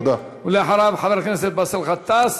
אחריו, חבר הכנסת באסל גטאס.